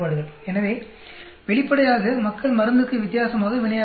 எனவே வெளிப்படையாக மக்கள் மருந்துக்கு வித்தியாசமாக வினையாற்றுகின்றனர்